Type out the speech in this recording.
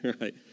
right